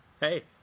Hey